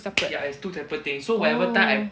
separate oh